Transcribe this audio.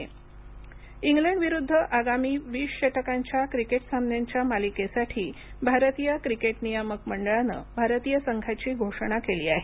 भारतीय क्रिकेट संघ जाहीर इंग्लंड विरुद्ध आगामी वीस षटकांच्या क्रिकेट सामन्यांच्या मालिकेसाठी भारतीय क्रिकेट नियामक मंडळानं भारतीय संघाची घोषणा केली आहे